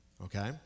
Okay